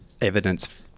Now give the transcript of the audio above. evidence